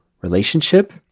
relationship